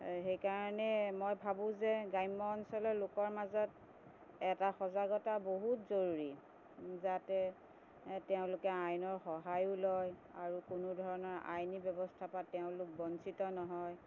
সেইকাৰণে মই ভাবোঁ যে গ্ৰাম্য অঞ্চলৰ লোকৰ মাজত এটা সজাগতা বহুত জৰুৰী যাতে তেওঁলোকে আইনৰ সহায়ো লয় আৰু কোনো ধৰণৰ আইনী ব্যৱস্থা পা তেওঁলোক বঞ্চিত নহয়